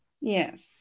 Yes